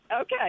Okay